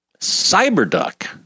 Cyberduck